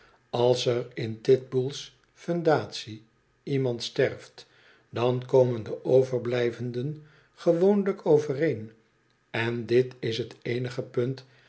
als er in titbull's fundatie iemand sterft dan komen de overblijvenden gewoonlijk overeen en dit is t eenige punt